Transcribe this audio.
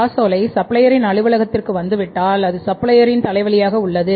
காசோலை சப்ளையரின் அலுவலகத்திற்கு வந்துவிட்டால் அது சப்ளையரின் தலைவலியாக உள்ளது